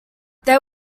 they